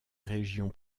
région